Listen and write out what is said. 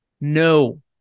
No